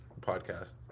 podcast